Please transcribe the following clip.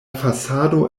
fasado